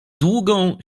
długą